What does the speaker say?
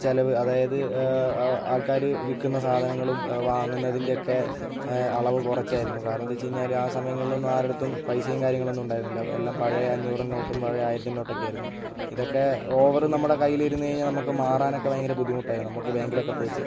ചിലവ് അതായത് ആൾക്കാർ വിൽക്കുന്ന സാധനങ്ങളും വാങ്ങുന്നതിൻ്റെയൊക്കെ അളവ് കുറച്ചിരുന്നു കാരണം എന്ത് വച്ചു കഴിഞ്ഞാൽ ആ സമയങ്ങളിലൊന്നും ആരുടെയടുത്തും പൈസയും കാര്യങ്ങളൊന്നും ഉണ്ടായിരുന്നില്ല എല്ലാം പഴയ അഞ്ഞൂറിൻ്റെ നോട്ടും പഴയ ആയിരത്തിൻ്റെ നോട്ടൊക്കെയായിരുന്നു ഇതൊക്കെ ഓവറ് നമ്മുടെ കയ്യിൽ ഇരുന്നു കഴിഞ്ഞാൽ നമുക്ക് മാറാനൊക്കെ ഭയങ്കര ബുദ്ധിമുട്ടായിരുന്നു നമുക്ക് ബാങ്കിലൊക്കെ പോയിട്ട്